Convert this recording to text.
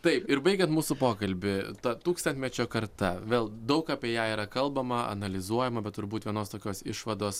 taip ir baigiant mūsų pokalbį ta tūkstantmečio karta vėl daug apie ją yra kalbama analizuojama bet turbūt vienos tokios išvados